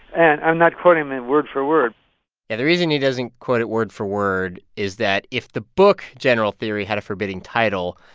and i'm not quoting him and word-for-word yeah. the reason he doesn't quote it word-for-word is that if the book general theory had a forbidding title,